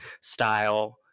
style